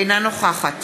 אינה נוכחת